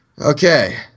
Okay